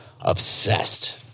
obsessed